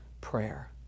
prayer